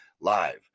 live